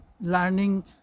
learning